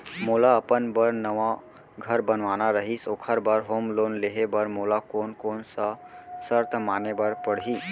मोला अपन बर नवा घर बनवाना रहिस ओखर बर होम लोन लेहे बर मोला कोन कोन सा शर्त माने बर पड़ही?